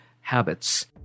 habits